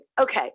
Okay